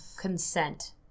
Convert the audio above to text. consent